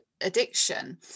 addiction